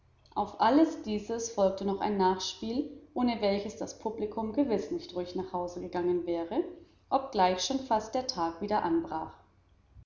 auf alles dieses folgte noch ein nachspiel ohne welches das publikum gewiß nicht ruhig nach hause gegangen wäre obgleich schon fast der tag wieder anbrach